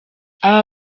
aba